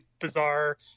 bizarre